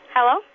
Hello